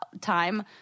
time